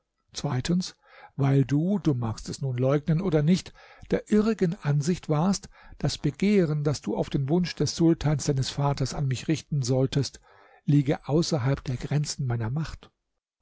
zweitens weil du du magst es nun leugnen oder nicht der irrigen ansicht warst das begehren das du auf den wunsch des sultans deines vaters an mich richten solltest liege außerhalb der grenzen meiner macht